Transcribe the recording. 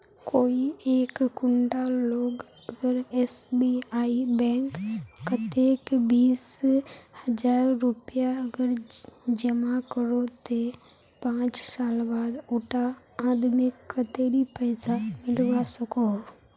कोई एक कुंडा लोग अगर एस.बी.आई बैंक कतेक बीस हजार रुपया अगर जमा करो ते पाँच साल बाद उडा आदमीक कतेरी पैसा मिलवा सकोहो?